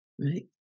right